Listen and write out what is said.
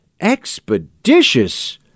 expeditious